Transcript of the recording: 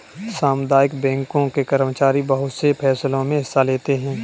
सामुदायिक बैंकों के कर्मचारी बहुत से फैंसलों मे हिस्सा लेते हैं